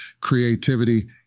creativity